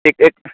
ਇੱਕ ਇੱਕ